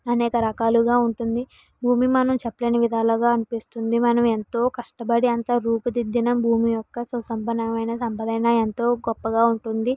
అనేక రకాలుగా ఉంటుంది భూమి మనం చెప్పలేని విధాలుగా అనిపిస్తుంది మనం ఎంతో కష్టపడి అంత రూపు దిద్దిన భూమి యొక్క సుసంపన్నమైన సంపదైనా ఎంతో గొప్పగా ఉంటుంది